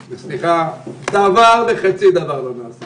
סליחה, דבר וחצי דבר לא נעשה